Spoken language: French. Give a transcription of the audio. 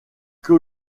que